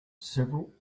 several